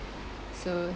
so